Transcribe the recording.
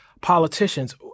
politicians